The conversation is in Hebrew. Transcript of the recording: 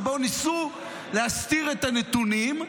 שבו ניסו להסתיר את הנתונים,